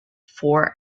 for